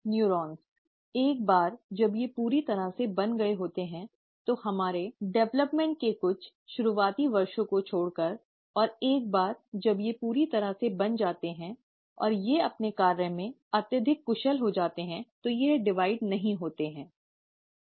neurons एक बार जब ये पूरी तरह से बन गए होते हैं तो हमारे विकास के कुछ शुरुआती वर्षों को छोड़कर और एक बार जब ये पूरी तरह से बन जाते हैं और वे अपने कार्य में अत्यधिक कुशल हो जाते हैं तो ये विभाजित नहीं होते हैं